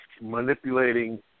manipulating